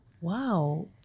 Wow